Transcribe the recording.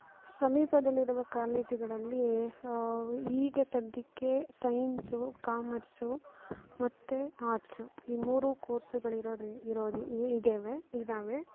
ಸಮೀಪದಲ್ಲಿರುವ ಕಾಲೇಜುಗಳಲ್ಲಿ ಈಗ ಸದ್ಯಕ್ಕೆ ಸೈನ್ಸು ಕಾಮರ್ಸು ಮತ್ತೆ ಆರ್ಟ್ಸು ಈ ಮೂರೂ ಕೋರ್ಸುಗಳು ಇರೋದ್ರಿ ಇರೋದಿ ಇದ್ದೇವೆ ಇದ್ದಾವೆ